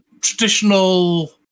traditional